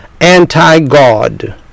anti-God